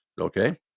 Okay